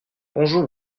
bonjour